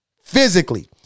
Physically